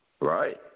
right